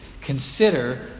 Consider